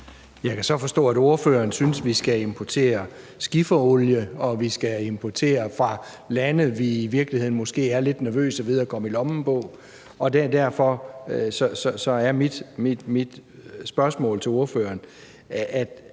Jeg kan så forstå, at ordføreren synes, vi skal importere skifferolie, og at vi skal importere fra lande, vi i virkeligheden måske er lidt nervøse ved at komme i lommen på. Derfor er mit spørgsmål til ordføreren: